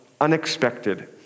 unexpected